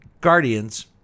Guardians